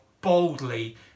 boldly